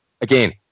again